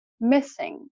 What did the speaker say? missing